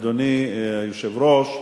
אדוני היושב-ראש,